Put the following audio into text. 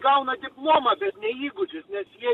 gauna diplomą bet ne įgūdžius nes jie